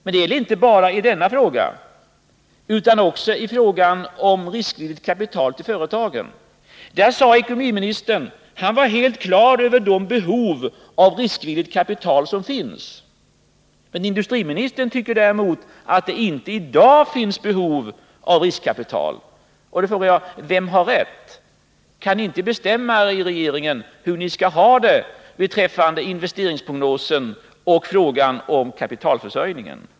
Detta gäller inte bara denna fråga, utan det gäller också frågan om riskvilligt kapital till företagen. Ekonomiministern var helt på det klara med de behov av riskvilligt kapital som finns. Men industriministern tycker däremot att det i dag inte finns behov av riskvilligt kapital. Och då frågar jag: Vem har rätt? Kan ni inte bestämma er i regeringen hur ni skall ha det beträffande investeringsprognosen och frågan om kapitalförsörjningen?